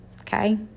Okay